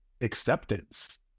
acceptance